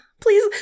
Please